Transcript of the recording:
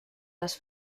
les